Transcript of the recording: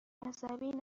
عصبی